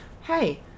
hey